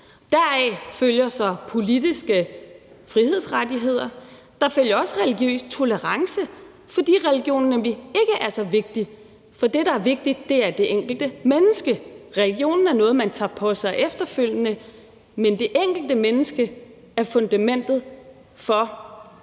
deraf følger så politiske frihedsrettigheder og også religiøs tolerance, fordi religionen nemlig ikke er så vigtig. For det, der er vigtigt, er det enkelte menneske, religionen er noget, man tager på sig efterfølgende, men det enkelte menneske er fundamentet for